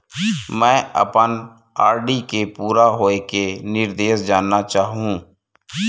मैं अपन आर.डी के पूरा होये के निर्देश जानना चाहहु